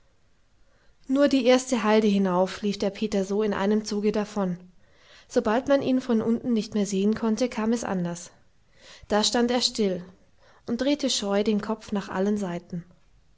nur die erste halde hinauf lief der peter so in einem zuge davon sobald man ihn von unten nicht mehr sehen konnte kam es anders da stand er still und drehte scheu den kopf nach allen seiten